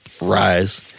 rise